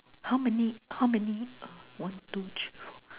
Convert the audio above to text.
how many how many uh one two three four